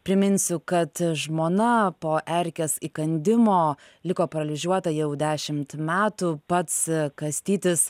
priminsiu kad žmona po erkės įkandimo liko paralyžiuota jau dešimt metų pats kastytis